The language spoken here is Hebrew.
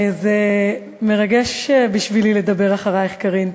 זה מרגש בשבילי לדבר אחרייך, קארין.